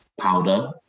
powder